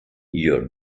your